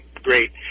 great